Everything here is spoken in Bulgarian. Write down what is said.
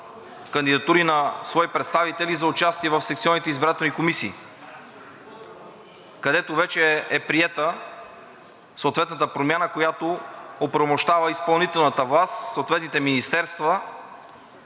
кандидатури на свои представители за участие в секционните избирателни комисии, където вече е приета съответната промяна, която оправомощава изпълнителната власт, съответните министерства